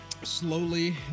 slowly